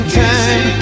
time